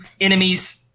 enemies